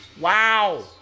Wow